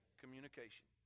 communication